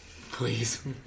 please